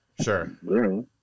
Sure